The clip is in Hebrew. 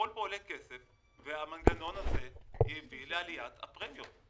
הכול כאן עולה כסף והמנגנון הזה הביא לעליית הפרמיות.